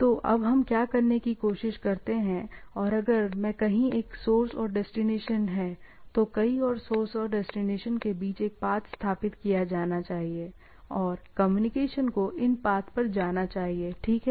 तो अब हम क्या करने की कोशिश करते हैं अगर नेटवर्क में कहीं एक सोर्स और डेस्टिनेशन है तो कई और सोर्स और डेस्टिनेशन के बीच एक पाथ स्थापित किया जाना चाहिए और कम्युनिकेशन को इन पाथ पर जाना चाहिए ठीक है